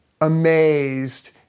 amazed